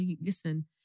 Listen